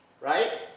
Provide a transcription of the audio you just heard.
right